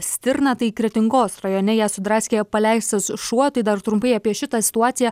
stirna tai kretingos rajone ją sudraskė paleistas šuo tai dar trumpai apie šitą situaciją